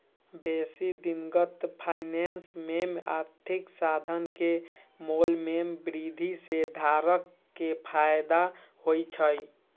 बेशी दिनगत फाइनेंस में आर्थिक साधन के मोल में वृद्धि से धारक के फयदा होइ छइ